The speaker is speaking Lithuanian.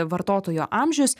vartotojo amžius